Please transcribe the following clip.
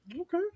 Okay